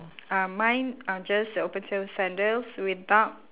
uh mine are just the open toe sandals without